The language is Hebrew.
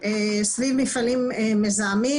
סביב מפעלים מזהמים